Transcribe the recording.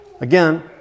Again